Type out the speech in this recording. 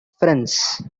friends